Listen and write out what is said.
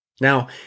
Now